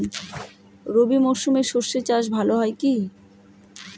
রবি মরশুমে সর্ষে চাস ভালো হয় কি?